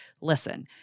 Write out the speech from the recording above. listen